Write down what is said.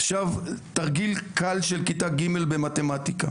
עכשיו תרגיל קל של כיתה ג' במתמטיקה,